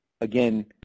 again